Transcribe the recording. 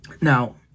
Now